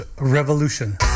Revolution